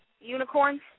unicorns